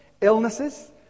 illnesses